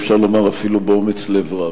אפשר לומר אפילו באומץ לב רב.